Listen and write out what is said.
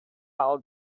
all